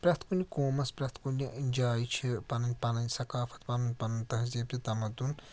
پرٛٮ۪تھ کُنہِ قومَس پرٛٮ۪تھ کُنہِ جایہِ چھِ پَنٕنۍ پنٕنۍ سَقافت پَنُن پَنُن تہذیٖب تہِ تمدُن